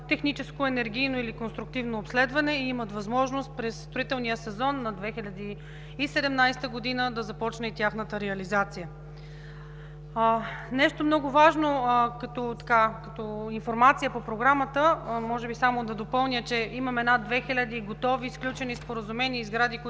техническо, енергийно или конструктивно обследване и има възможност през строителния сезон на 2017 г. да започне тяхната реализация. Нещо много важно. Като информация по Програмата ще допълня, че имаме над 2000 готови сключени споразумения и сгради,